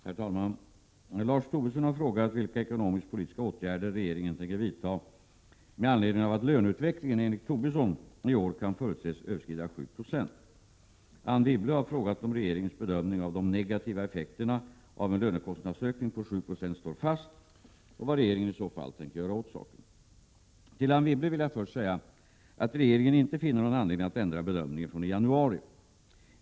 Herr talman! Lars Tobisson har frågat vilka ekonomisk-politiska åtgärder regeringen tänker vidta med anledning av att löneutvecklingen, enligt Lars Tobisson, i år kan förutses överskrida 7 96. Anne Wibble har frågat om regeringens bedömning av de negativa effekterna av en lönekostnadsökning på 7 Yo står fast, och vad regeringen i så fall tänker göra åt saken. Till Anne Wibble vill jag först säga att regeringen inte finner någon anledning att ändra bedömningen från i januari.